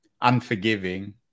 unforgiving